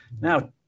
Now